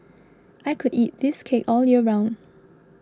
I could eat this cake all year round